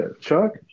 Chuck